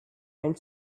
and